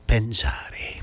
Pensare